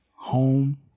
home